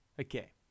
Okay